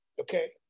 okay